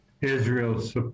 israel's